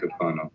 Capano